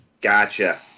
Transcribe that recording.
Gotcha